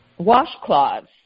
washcloths